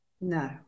No